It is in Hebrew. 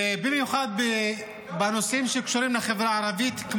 ובמיוחד בנושאים שקשורים לחברה הערבית,